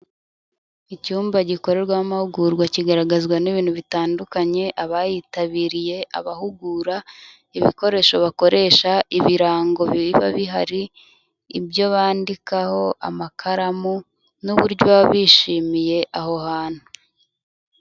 Icyumba gikorerwamo amahugurwa kigaragazwa n'ibintu bitandukanye, abayitabiriye, abahugura, ibikoresho bakoresha, ibirango biba bihari, ibyo bandikaho, amakaramu n'uburyo baba bishimiye aho hantu.